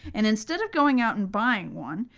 and instead of going out and buying one,